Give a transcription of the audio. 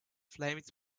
flames